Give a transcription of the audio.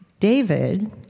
David